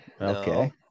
Okay